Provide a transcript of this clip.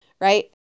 Right